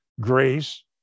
grace